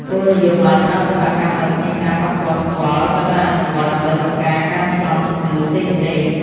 គោលនយោបាយផ្ដល់សេវាកម្មដោយគ្មានការប៉ះពាល់ផ្ទាល់ត្រូវបានអនុវត្តដើម្បីបង្ការការឆ្លងជំងឺផ្សេងៗ។